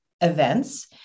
events